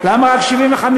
למה רק 75%?